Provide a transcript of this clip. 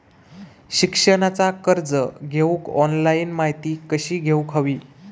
शिक्षणाचा कर्ज घेऊक ऑनलाइन माहिती कशी घेऊक हवी?